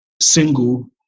single